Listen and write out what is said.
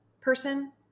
person